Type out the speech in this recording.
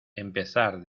empezar